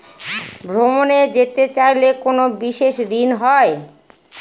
ভ্রমণে যেতে চাইলে কোনো বিশেষ ঋণ হয়?